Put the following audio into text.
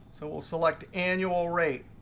so we'll select annual rate,